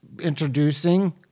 introducing